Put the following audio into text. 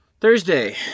Thursday